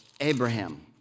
Abraham